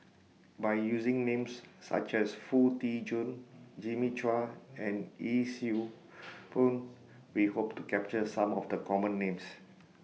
By using Names such as Foo Tee Jun Jimmy Chua and Yee Siew Pun We Hope to capture Some of The Common Names